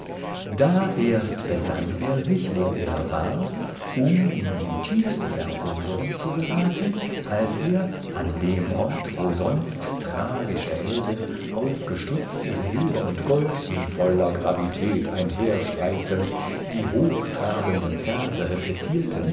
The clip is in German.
da erst besann er sich wo er war um in die tiefste verwunderung zu geraten als er an dem ort wo sonst tragische helden aufgestutzt in silber und gold in voller gravität einherschreitend die hochtrabenden verse repetierten